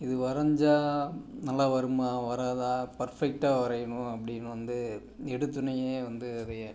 இது வரைஞ்சா நல்லா வருமா வராதா பர்ஃபெக்ட்டாக வரையணும் அப்படின்னு வந்து எடுத்தோனையே வந்து வரைய